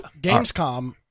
Gamescom